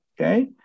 Okay